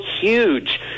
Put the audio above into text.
huge